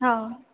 हा